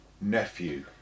nephew